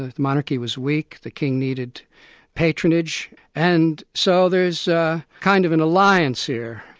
ah the monarchy was weak, the king needed patronage, and so there's kind of an alliance here.